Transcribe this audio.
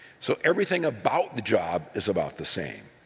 so everything about the job is about the same.